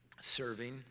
serving